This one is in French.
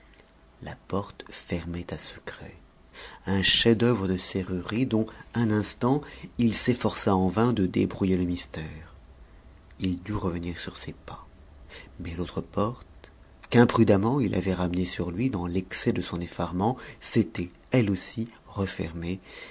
la porte fermait à secret un chef-d'œuvre de serrurerie dont un instant il s'efforça en vain de débrouiller le mystère il dut revenir sur ses pas mais l'autre porte qu'imprudemment il avait ramenée sur lui dans l'excès de son effarement s'était elle aussi refermée